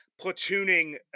platooning